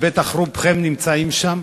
ובטח רובכם נמצאים בו.